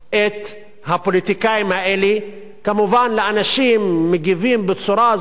כמובן, אנשים מגיבים בצורה זו או אחרת, אני מבין.